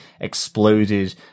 exploded